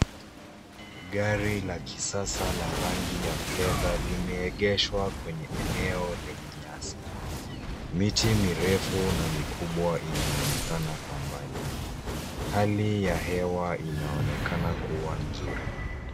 Gari la kisasa la rangi la fedha limeegeshwa kwenye eneo lenye nyasi. Miti mirefu na mikubwa inaonekana kwa mbali. Hali ya hewa inaonekana kuwa nzuri.